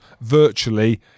virtually